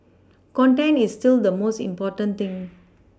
content is still the most important thing